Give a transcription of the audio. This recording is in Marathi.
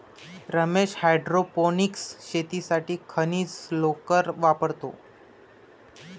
रमेश हायड्रोपोनिक्स शेतीसाठी खनिज लोकर वापरतो